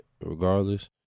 Regardless